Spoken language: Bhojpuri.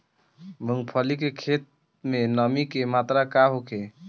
मूँगफली के खेत में नमी के मात्रा का होखे?